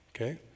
Okay